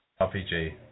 RPG